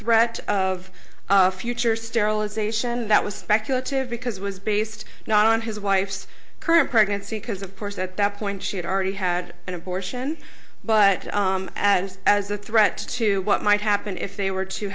threat of future sterilization that was speculative because it was based not on his wife's current pregnancy because of course at that point she had already had an abortion but as as a threat to what might happen if they were to